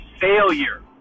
failure